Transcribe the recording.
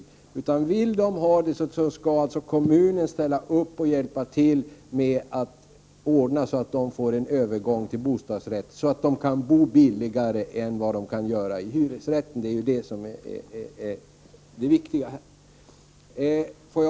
Om människorna vill ha bostadsrätt skall kommunen ställa upp och hjälpa till med att ordna så att det blir en övergång till bostadsrätt, så att människorna kan bo billigare än vad de kan i hyresrätt — det är ju det viktiga.